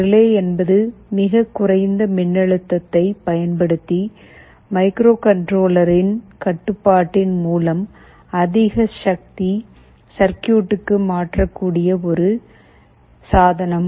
relay என்பது மிகக் குறைந்த மின்னழுத்தத்தைப் பயன்படுத்தி மைக்ரோகண்ட்ரோலரின் கட்டுப்பாட்டின் மூலம் அதிக சக்தி சர்கியூட்க்கு மாறக்கூடிய ஒரு சாதனம்